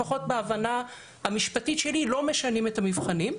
לפחות בהבנה המשפטית שלי לא משנים את המבחנים.